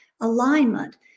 alignment